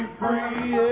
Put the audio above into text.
free